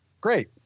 Great